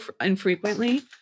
infrequently